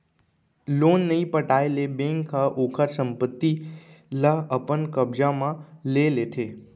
loan नइ पटाए ले बेंक ह ओखर संपत्ति ल अपन कब्जा म ले लेथे